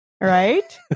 Right